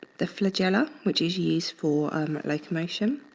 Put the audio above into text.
the flagella which is used for locomotion.